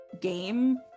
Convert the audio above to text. game